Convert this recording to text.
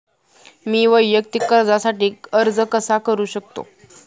मी वैयक्तिक कर्जासाठी अर्ज कसा करु शकते?